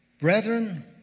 brethren